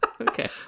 Okay